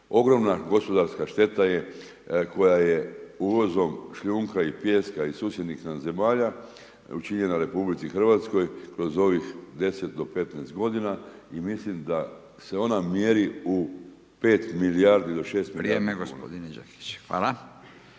Ogromna gospodarska šteta je koja je uvozom šljunka i pijeska iz susjednih nam zemalja, učinjena RH, kroz ovih 10-15 g. i mislim da se ona mjeri 5 do 6 milijardi kn. **Radin, Furio (Nezavisni)** Vrijeme gospodin Đakić, hvala.